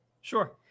Sure